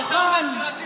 מוכן,